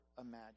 imagine